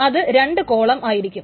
അത് രണ്ട് കോളം ആയിരിക്കും